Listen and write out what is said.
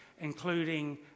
including